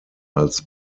als